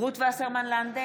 רות וסרמן לנדה,